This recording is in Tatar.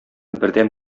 бердәм